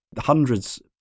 hundreds